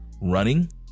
running